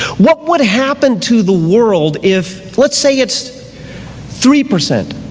what would happen to the world if, let's say it's three percent,